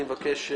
אני מבקש,